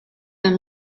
them